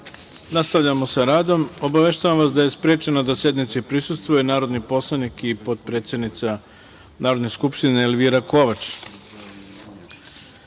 sa radom. Obaveštavam vas da je sprečena da sednici prisustvuje narodni poslanik i potpredsednica Narodne skupštine Elvira